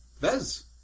Vez